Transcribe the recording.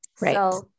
Right